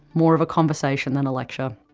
more of a conversation than a lecture.